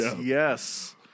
Yes